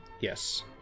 Yes